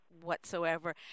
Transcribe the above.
whatsoever